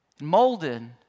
molded